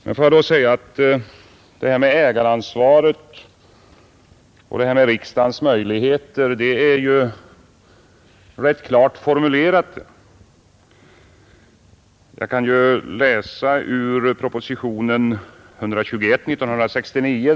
Men frågan om ägaransvaret och om riksdagens insynsmöjligheter formulerades ju klart i propositionen 121 år 1969.